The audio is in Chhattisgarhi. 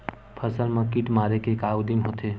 फसल मा कीट मारे के का उदिम होथे?